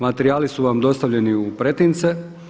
Materijali su vam dostavljeni u pretince.